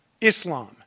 Islam